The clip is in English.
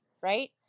right